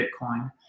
Bitcoin